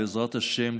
בעזרת השם,